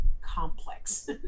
complex